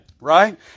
Right